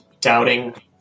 doubting